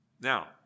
Now